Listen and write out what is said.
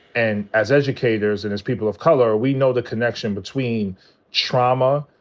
and as educators and as people of color, we know the connection between trauma,